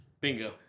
Bingo